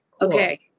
Okay